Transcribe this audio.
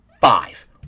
five